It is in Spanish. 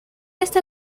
esta